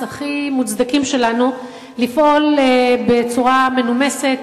הכי מוצדקים שלנו לפעול בצורה מנומסת,